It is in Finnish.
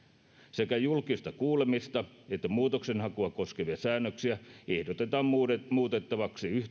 sekä julkista kuulemista että muutoksenhakua koskevia säännöksiä ehdotetaan muutettavaksi